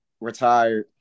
Retired